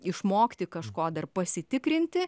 išmokti kažko dar pasitikrinti